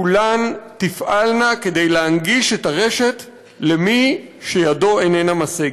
כולם יפעלו כדי להנגיש את הרשת למי שידו איננה משגת.